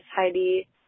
Heidi